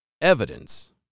evidence